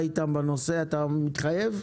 מתחייב?